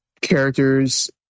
characters